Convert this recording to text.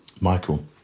Michael